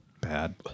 bad